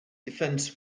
defense